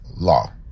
law